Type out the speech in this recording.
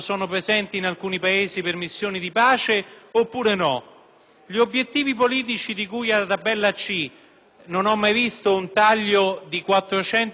gli obiettivi politici di cui alla tabella C? Non ho mai visto un taglio di 400 milioni e ne rimangono meno di quelli tagliati: